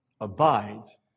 abides